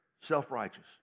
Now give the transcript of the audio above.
self-righteous